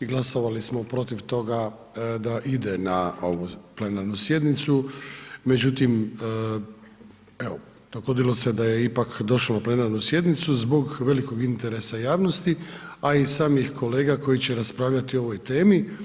i glasovali smo protiv toga da ide na ovu plenarnu sjednicu, međutim, evo dogodilo se da je ipak došlo na plenarnu sjednicu zbog velikog interesa javnosti a i samih kolega koji će raspravljati o ovoj temi.